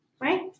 Right